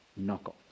knockoffs